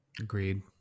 Agreed